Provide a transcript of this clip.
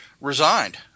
resigned